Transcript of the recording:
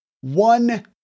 one